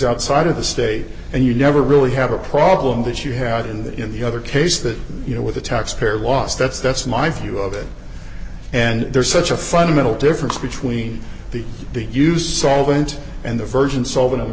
outside of the state and you never really have a problem that you had in the in the other case that you know what the taxpayer was that's that's my view of it and there's such a fundamental difference between the use solvent and the version sol